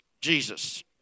Jesus